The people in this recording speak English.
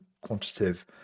quantitative